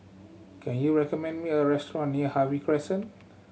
can you recommend me a restaurant near Harvey Crescent